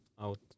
out